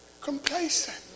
complacent